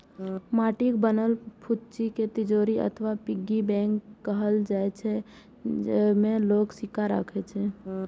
माटिक बनल फुच्ची कें तिजौरी अथवा पिग्गी बैंक कहल जाइ छै, जेइमे लोग सिक्का राखै छै